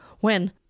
when